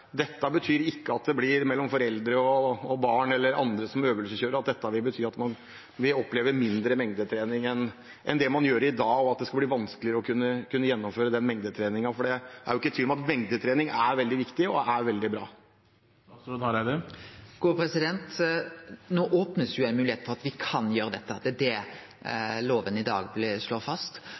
ikke betyr at man mellom foreldre og barn – eller andre som øvelseskjører – vil oppleve mindre mengdetrening enn man gjør i dag, og at det ikke blir vanskeligere å gjennomføre mengdetrening, for det er ikke tvil om at mengdetrening er veldig viktig og veldig bra. No blir det opna ei moglegheit for at me kan gjere dette – det er det lova i dag slår fast.